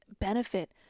benefit